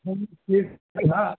अहं श्रीकृष्णः